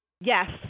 Yes